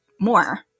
more